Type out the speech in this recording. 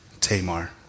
Tamar